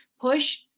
push